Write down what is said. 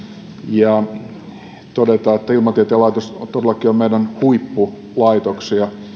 ja todeta että ilmatieteen laitos on todellakin meidän huippulaitoksiamme